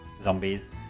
zombies